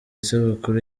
isabukuru